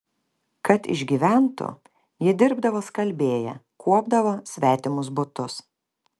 kad išgyventų ji dirbdavo skalbėja kuopdavo svetimus butus